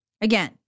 Again